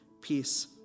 peace